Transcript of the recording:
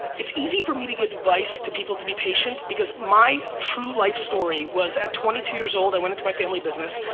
it's easy for me to give advice for people to be patient because my true life story was at twenty two years old i went into my family business.